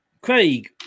Craig